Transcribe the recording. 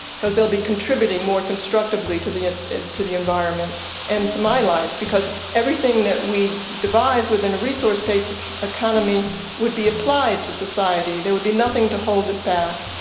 because they'll be contributing more constructively to the to the environment and to my life. because everything that we devise within a resource based economy would be applied to society, there would be nothing to hold it back.